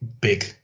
big